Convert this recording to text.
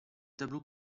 tableau